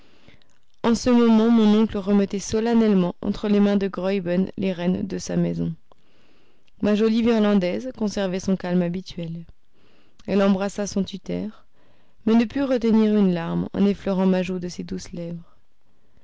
en ce moment mon oncle remettait solennellement entre les mains de graüben les rênes de sa maison ma jolie virlandaise conservait son calme habituel elle embrassa son tuteur mais elle ne put retenir une larme en effleurant ma joue de ses douces lèvres